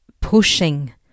pushing